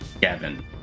Gavin